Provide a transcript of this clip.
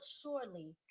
surely